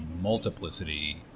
multiplicity